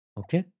okay